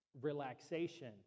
relaxation